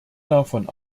davon